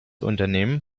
unternehmen